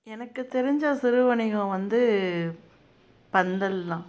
எனக்கு தெரிந்த சிறு வணிகம் வந்து பந்தல்தான்